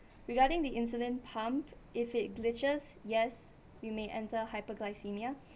regarding the insulin pump if it glitches yes we may enter hyperglycemia